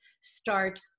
start